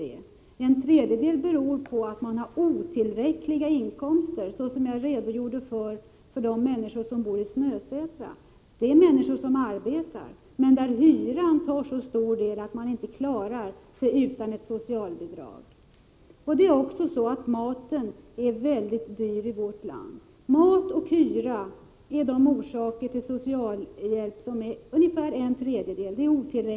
För en tredjedel beror det på att man har otillräckliga inkomster, såsom läget är för människorna i Snösätra, vilkas situation jag redogjorde för. Dessa människor arbetar, men hyran tar en så stor del av lönen, att de inte klarar sig utan ett socialbidrag. Maten är också väldigt dyr i vårt land. Mat och hyra väger tyngst för den tredjedel som har svårt att klara sig på sin lön.